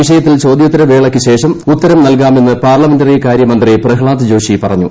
വിഷയത്തിൽ ചോദ്യോത്തര വേളയ്ക്കു ശേഷം ഉത്തരം നൽകാമെന്ന് പാർലമെന്ററികാര്യ മന്ത്രി പ്രഹ്ളാദ് ജോഷി പറഞ്ഞു